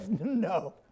No